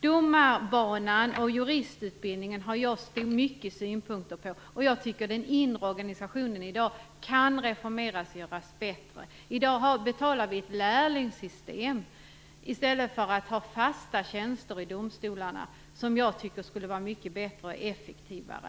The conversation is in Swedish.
Domarbanan och juristutbildningen har jag många synpunkter på. Jag tycker den inre organisationen i dag kan reformeras och göras bättre. I dag betalar vi ett lärlingssystem i stället för att ha fasta tjänster i domstolarna. Det tycker jag skulle vara mycket bättre och effektivare.